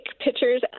pictures